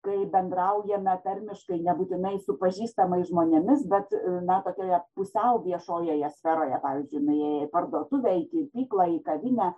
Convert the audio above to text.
kai bendraujame tarmiškai nebūtinai su pažįstamais žmonėmis bet na tokioje pusiau viešojoje sferoje pavyzdžiui nuėję į parduotuvę į kirpyklą į kavinę